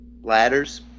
Ladders